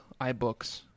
iBooks